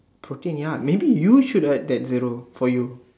protein ya maybe you should add that zero for you